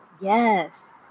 Yes